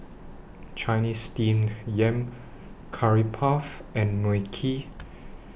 Chinese Steamed Yam Curry Puff and Mui Kee